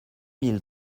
mille